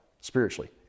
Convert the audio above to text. spiritually